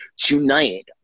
Tonight